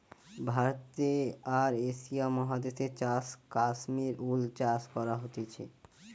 ভারতে আর এশিয়া মহাদেশে চাষ কাশ্মীর উল চাষ করা হতিছে